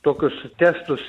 tokius testus